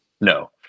No